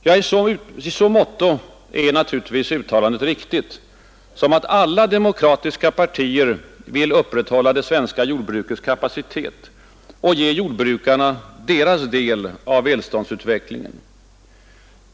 Ja, i så måtto är uttalandet riktigt, att alla demokratiska partier vill upprätthålla det svenska jordbrukets kapacitet och ge jordbrukarna sin del av välståndsutvecklingen.